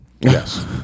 Yes